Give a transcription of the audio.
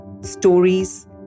stories